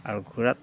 আৰু ঘোঁৰাত